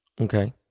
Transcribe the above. Okay